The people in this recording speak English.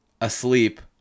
asleep